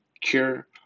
cure